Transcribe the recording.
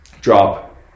drop